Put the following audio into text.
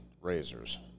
razors